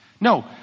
No